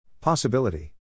Possibility